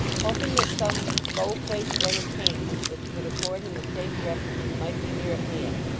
hoping that some low place of entertainment which would afford him a safe refuge might be near at hand,